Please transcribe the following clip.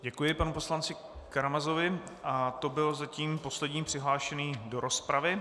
Děkuji panu poslanci Karamazovovi a to byl zatím poslední přihlášený do rozpravy.